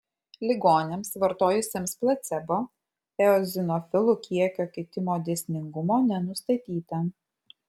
ligoniams vartojusiems placebo eozinofilų kiekio kitimo dėsningumo nenustatyta